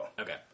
Okay